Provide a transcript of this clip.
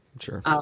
Sure